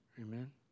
Amen